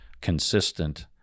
consistent